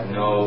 no